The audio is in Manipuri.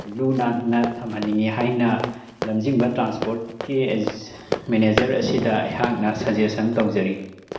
ꯂꯨ ꯅꯥꯟꯅ ꯊꯝꯍꯟꯅꯤꯡꯏ ꯍꯥꯏꯅ ꯂꯝꯖꯤꯡꯕ ꯇ꯭ꯔꯥꯟꯁꯄꯣꯠꯀꯤ ꯃꯦꯅꯦꯖꯔ ꯑꯁꯤꯗ ꯑꯩꯍꯥꯛꯅ ꯁꯖꯦꯁꯟ ꯇꯧꯖꯔꯤ